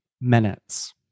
minutes